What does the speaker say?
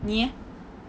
你 leh